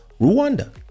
Rwanda